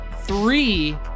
three